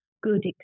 good